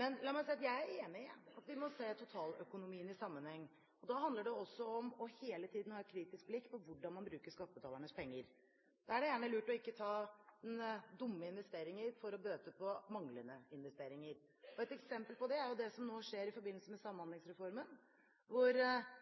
La meg si: Jeg er enig i at vi skal se totaløkonomien i en sammenheng. Da handler det også om hele tiden å ha et kritisk blikk på hvordan man bruker skattebetalernes penger. Da er det gjerne lurt ikke å ta noen dumme investeringer for å bøte på manglende investeringer. Et eksempel på det er det som nå skjer i forbindelse med Samhandlingsreformen, hvor